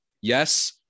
Yes